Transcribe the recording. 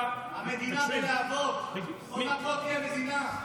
המדינה בלהבות, עוד מעט לא תהיה מדינה.